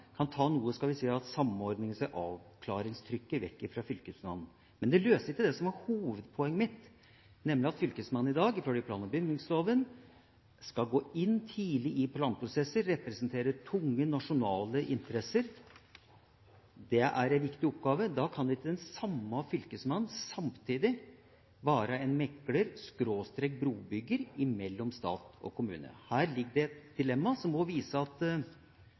kan ta noe av – skal vi si – samordnings-/avklaringstrykket vekk fra Fylkesmannen. Men det løser ikke det som var hovedpoenget mitt, nemlig at Fylkesmannen i dag, ifølge plan- og bygningsloven, skal gå tidlig inn i planprosesser og representere tunge, nasjonale interesser. Det er en viktig oppgave. Da kan ikke den samme Fylkesmannen samtidig være en mekler/brobygger mellom stat og kommune. Her ligger det et dilemma. For å ta i bruk det Michael Tetzschner sier, at